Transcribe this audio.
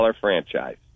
franchise